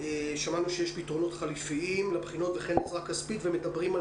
שמענו שיש פתרונות חלופיים לבחינות וכן עזרה כספית ומדברים על